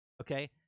Okay